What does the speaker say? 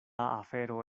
afero